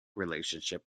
relationship